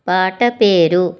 పాట పేరు